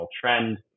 trend